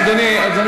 אי-אפשר ככה.